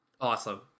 Awesome